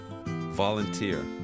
Volunteer